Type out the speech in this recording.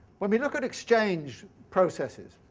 when we look at exchange processes,